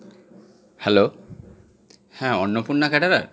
hello হ্যাঁ Annapurna caterer